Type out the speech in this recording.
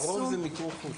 הרוב זה מיקור חוץ.